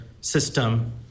system